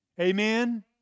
Amen